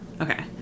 Okay